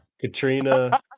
Katrina